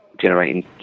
generating